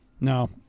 No